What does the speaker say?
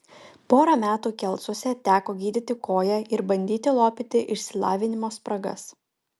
porą metų kelcuose teko gydyti koją ir bandyti lopyti išsilavinimo spragas